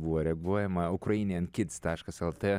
buvo reaguojama ukrainijen kits taškas lt